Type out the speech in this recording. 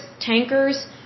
tankers